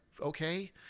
Okay